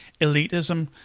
Elitism